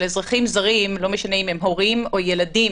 אבל אזרחים זרים לא משנה אם הם הורים או ילדים